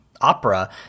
opera